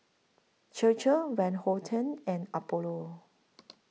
Chir Chir Van Houten and Apollo